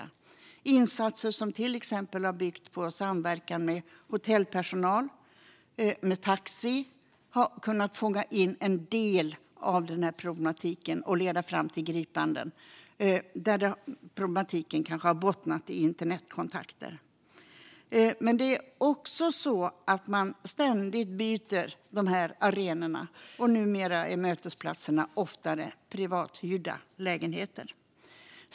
Insatser som till exempel har byggt på samverkan med hotellpersonal och taxi har kunnat fånga in en del av problematiken och leda fram till gripanden där problematiken kanske har bottnat i internetkontakter. Men det är också så att förövarna ständigt byter arenor, och numera är mötesplatserna oftare privathyrda lägenheter.